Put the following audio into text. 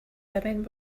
women